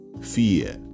fear